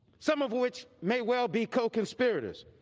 some of which may well be co-conspirators,